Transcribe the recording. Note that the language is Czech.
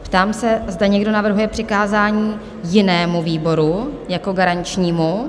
Ptám se, zda někdo navrhuje přikázání jinému výboru jako garančnímu?